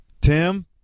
Tim